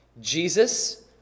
Jesus